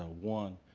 ah one,